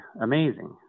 amazing